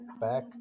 back